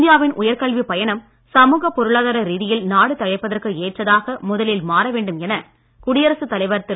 இந்தியாவின் உயர்கல்விப் பயணம் சமுக பொருளாதார ரீதியில் நாடு தழைப்பதற்கு ஏற்றதாக முதலில் மாற வேண்டும் என குடியரசுத் தலைவர் திரு